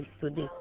today